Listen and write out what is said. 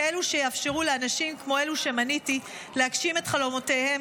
כאלה שיאפשרו לאנשים כמו אלו שמניתי להגשים את חלומותיהם